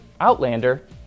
Outlander